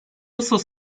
nasıl